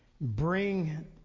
bring